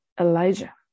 Elijah